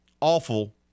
awful